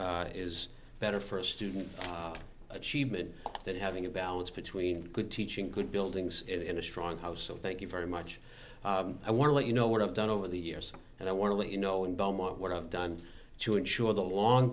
is better first student achievement that having a balance between good teaching good buildings in a strong house so thank you very much i want to let you know what i've done over the years and i want to let you know in belmont what i've done to ensure the long